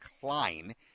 Klein